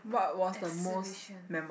exhibition